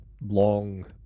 long